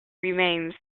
remains